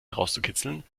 herauszukitzeln